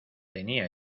tenía